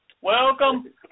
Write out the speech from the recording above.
Welcome